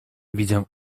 widzę